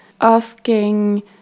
asking